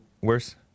worse